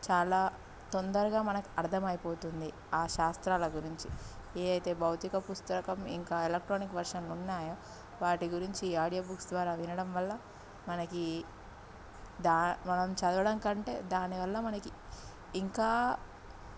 చాలా తొందరగా మనకు అర్థం అయిపోతుంది ఆ శాస్త్రాల గురించి ఏదైతే భౌతిక పుస్తకం ఇంకా ఎలక్ట్రానిక్ వెర్షన్లు ఉన్నాయో వాటి గురించి ఆడియో బుక్స్ ద్వారా వినడం వల్ల మనకి దా మనం చదవడం కంటే దానివల్ల మనకి ఇంకా